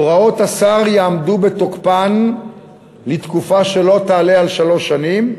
הוראות השר יעמדו בתוקפן לתקופה שלא תעלה על שלוש שנים,